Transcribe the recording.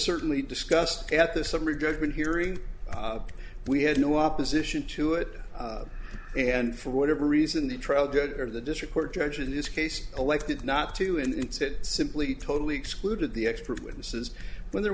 certainly discussed at the summary judgment hearing we had no opposition to it and for whatever reason the trial did or the district court judge in this case elected not to instead simply totally excluded the expert witnesses when there